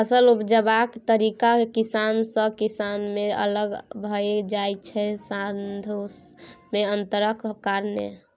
फसल उपजेबाक तरीका किसान सँ किसान मे अलग भए जाइ छै साधंश मे अंतरक कारणेँ